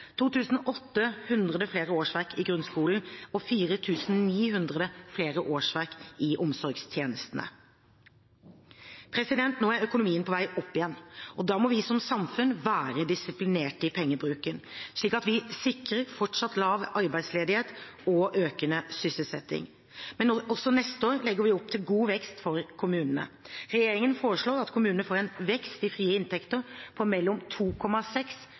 800 flere årsverk i grunnskolen og 4 900 flere årsverk i omsorgstjenestene. Nå er økonomien på vei opp igjen. Da må vi som samfunn være disiplinerte i pengebruken, slik at vi sikrer fortsatt lav arbeidsledighet og økende sysselsetting. Men også neste år legger vi opp til god vekst for kommunene. Regjeringen foreslår at kommunene får en vekst i frie inntekter på mellom 2,6